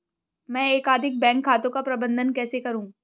मैं एकाधिक बैंक खातों का प्रबंधन कैसे करूँ?